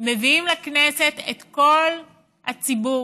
מביאים לכנסת את כל הציבור